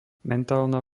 mentálna